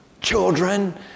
children